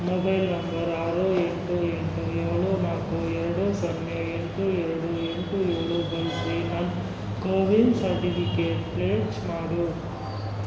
mobile number ಆರು ಎಂಟು ಎಂಟು ಏಳು ನಾಲ್ಕು ಎರಡು ಸೊನ್ನೆ ಎಂಟು ಏಳು ಎಂಟು ಏಳು ಬಳಸಿ ನನ್ನ ಕೋವಿನ್ ಸರ್ಟಿಫಿಕೇಟ್ ಪೇಚ್ ಮಾಡು